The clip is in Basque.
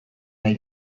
nahi